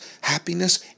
happiness